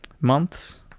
months